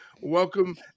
Welcome